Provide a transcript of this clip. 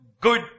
good